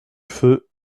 feu